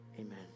amen